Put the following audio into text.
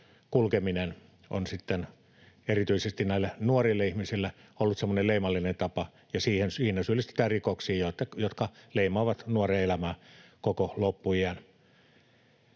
kulkeminen on sitten erityisesti näille nuorille ihmisille ollut semmoinen leimallinen tapa, ja siinä syyllistytään rikoksiin, jotka leimaavat nuoren elämää koko loppuiän.